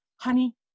honey